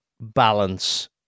balance